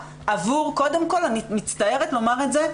עבור קודם כל אני מצטערת לומר את זה,